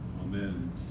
Amen